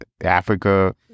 Africa